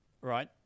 Right